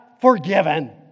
forgiven